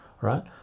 right